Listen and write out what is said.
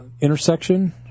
intersection